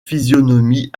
physionomie